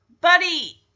Buddy